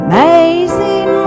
Amazing